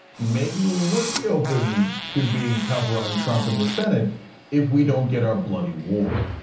maybe we wouldn't be open to being tougher on trump in the senate if we don't get our bloody war.